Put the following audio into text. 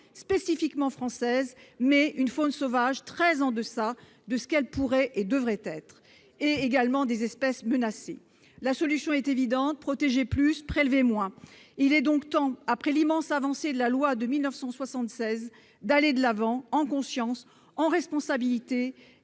spécifiquement française, mais une faune sauvage très en deçà de ce qu'elle pourrait et devrait être, et qui compte également des espèces menacées. La solution est évidente : protéger plus, prélever moins. Il est donc temps, après l'immense avancée de la loi de 1976, d'aller de l'avant, en conscience, en responsabilité.